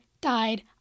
died